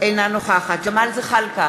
אינה נוכחת ג'מאל זחאלקה,